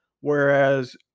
whereas